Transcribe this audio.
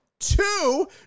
Two